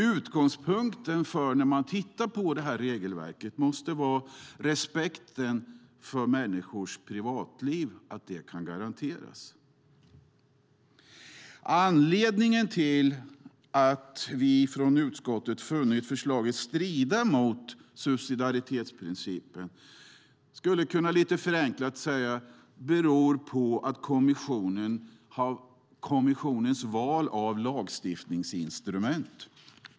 Utgångspunkten när man tittar på det här regelverket måste vara att respekten för människors privatliv kan garanteras. Anledningen till att vi från utskottet funnit förslaget strida mot subsidiaritetsprincipen kan förenklat sägas vara kommissionens val av lagstiftningsinstrument.